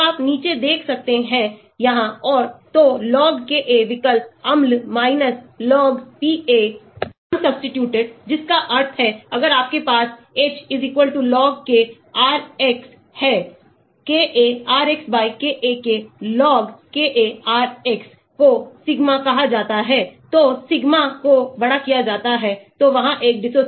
तो आप नीचे देख सकते हैं यहां और तो log Ka विकल्प अम्ल log Pa unsubstituted जिसका अर्थ है अगर आपके पास H log Ka RX है Ka RX Ka के log Ka RX को सिग्मा कहा जाता है तोसिग्मा को बड़ा किया जाता है तो वहां एक dissociation हो रही है